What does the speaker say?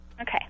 Okay